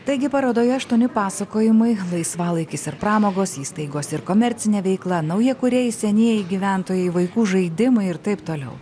taigi parodoje aštuoni pasakojimai laisvalaikis ar pramogos įstaigos ir komercinė veikla naujakuriai senieji gyventojai vaikų žaidimai ir taip toliau